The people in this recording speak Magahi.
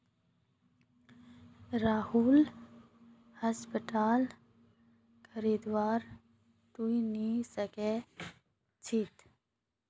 राहुल हाउसप्लांट खरीदवार त न सो च छ